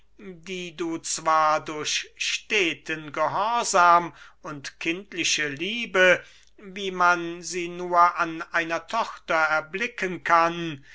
die du zwar durch steten gehorsam und kindliche liebe wie man sie nur an einer tochter erblicken kann